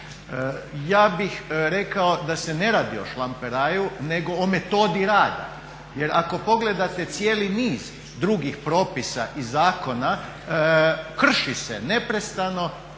Ja bih rekao da se ne radi o šlamperaju nego o metodi rada. Jer ako pogledate cijeli niz drugih propisa i zakona krši se neprestano